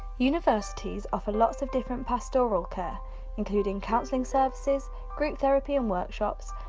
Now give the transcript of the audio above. universities offer lots of different pastoral care including counselling servicesm group therapy and workshops,